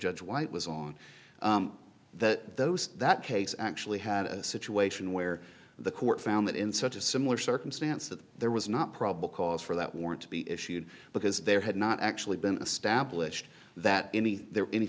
judge white was on that those that case actually had a situation where the court found that in such a similar circumstance that there was not probable cause for that warrant to be issued because there had not actually been established that any